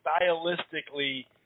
stylistically